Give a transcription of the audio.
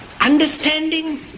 understanding